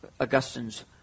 Augustine's